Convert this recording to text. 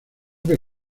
que